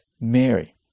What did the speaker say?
Mary